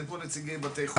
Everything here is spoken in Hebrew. אין פה נציגי בתי החולים.